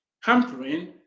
hampering